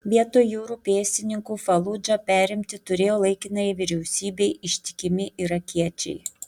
vietoj jūrų pėstininkų faludžą perimti turėjo laikinajai vyriausybei ištikimi irakiečiai